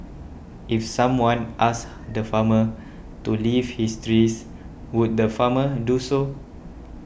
if someone asked the farmer to leave his trees would the farmer do so